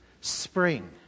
Spring